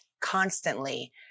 constantly